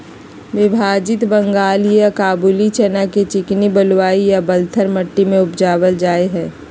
विभाजित बंगाल या काबूली चना के चिकनी बलुई या बलथर मट्टी में उपजाल जाय हइ